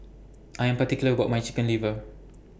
I Am particular about My Chicken Liver